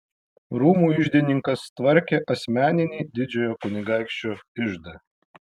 rūmų iždininkas tvarkė asmeninį didžiojo kunigaikščio iždą